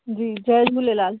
जी जय झूलेलाल